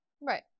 Right